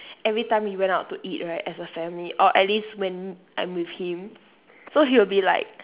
every time we went out to eat right as a family or at least when I'm with him so he will be like